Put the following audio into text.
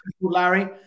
Larry